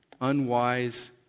unwise